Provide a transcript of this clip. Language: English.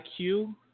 IQ